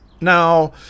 Now